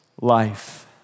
life